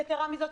יתרה מזאת,